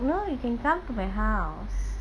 no you can come to my house